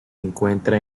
encuentra